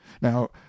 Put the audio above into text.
now